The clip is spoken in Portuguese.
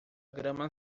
grama